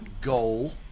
goal